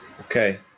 Okay